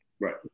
Right